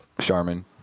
Charmin